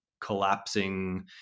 collapsing